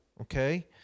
Okay